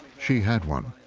she had one,